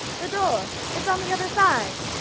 the door, it's on the other side.